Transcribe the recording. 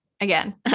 again